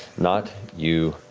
nott you,